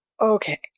Okay